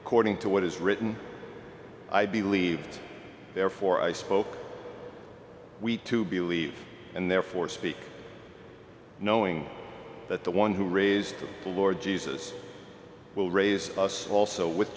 according to what is written i believed therefore i spoke we to believe and therefore speak knowing that the one who raised the lord jesus will raise us also with